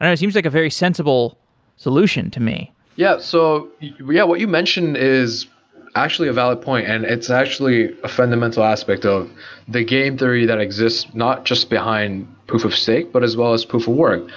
and it seems like a very sensible solution to me yeah. so yeah, what you mentioned is actually a valid point and it's actually a fundamental aspect of the game theory that exist not just behind proof of stake, but as well as proof of work.